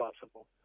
possible